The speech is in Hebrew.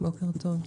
בוקר טוב.